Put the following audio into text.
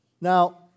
Now